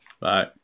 Bye